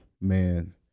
man